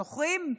זוכרים?